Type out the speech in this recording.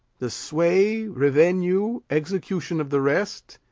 the sway, revenue, execution of the rest,